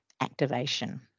activation